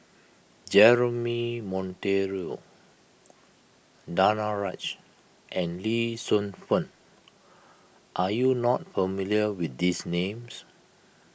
Jeremy Monteiro Danaraj and Lee Shu Fen are you not familiar with these names